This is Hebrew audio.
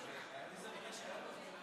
בבקשה, אדוני, יש לך עד עשר דקות להציג את החוק.